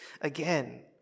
again